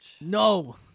No